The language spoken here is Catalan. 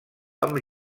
amb